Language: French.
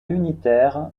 unitaire